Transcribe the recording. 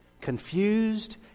Confused